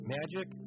Magic